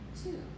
two